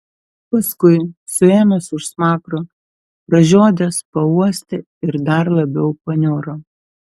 paskui suėmęs už smakro pražiodęs pauostė ir dar labiau paniuro